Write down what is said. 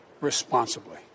responsibly